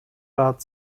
rat